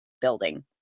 building